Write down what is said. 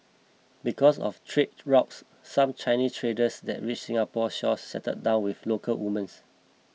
because of trade routes some Chinese traders that reached Singapore's shores settled down with local women